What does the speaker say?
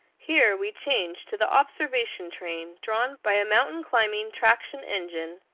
here we change to the observation train drawn by a mountain-climbing traction engine,